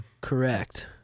Correct